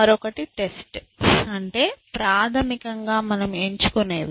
మరొకటి టెస్ట్ అంటే ప్రాథమికంగా మనం ఎంచుకునేవి